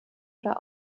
oder